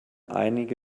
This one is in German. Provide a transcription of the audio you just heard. einige